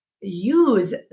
use